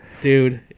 Dude